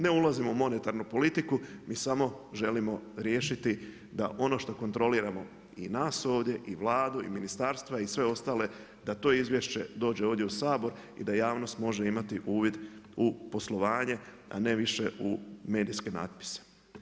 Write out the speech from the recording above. Ne ulazimo u monetarnu politiku, mi samo želimo riješiti da ono što kontroliramo, i nas ovdje i Vladu i ministarstva i sve ostale, da to izvješće dođe ovdje u Sabor i da javnost može imati uvid u poslovanje a ne više u medijske natpise.